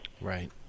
Right